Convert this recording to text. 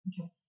Okay